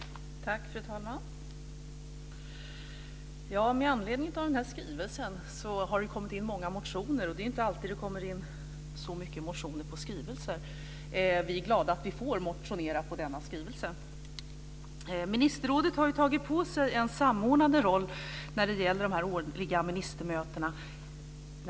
Med anledning av skrivelsen har det kommit in många motioner. Det är inte alltid det kommer in så många motioner med anledning av skrivelser, och vi är glada att vi får motionera med anledning av denna. Ministerrådet har tagit på sig en samordnande roll för samefrågor när det gäller de årliga ministermötena.